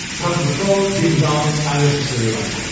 puffin patrol, ding dong, unnecessary light.